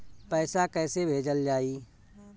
पैसा कैसे भेजल जाइ?